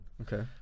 Okay